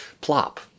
plop